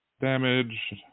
damage